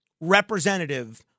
representative